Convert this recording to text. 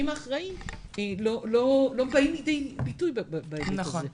האחראיים לא באים לידי ביטוי בהיבט הזה.